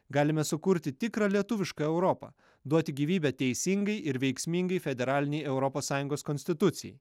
galime sukurti tikrą lietuvišką europą duoti gyvybę teisingai ir veiksmingai federalinei europos sąjungos konstitucijai